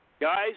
guys